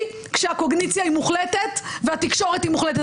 כשהקוגניציה היא מוחלטת והתקשורת היא מוחלטת.